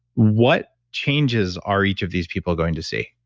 what changes are each of these people going to see?